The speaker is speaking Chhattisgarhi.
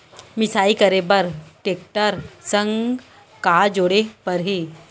मिसाई करे बर टेकटर संग का जोड़े पड़ही?